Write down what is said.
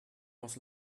was